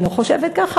אני לא חושבת ככה,